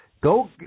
go